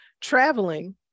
traveling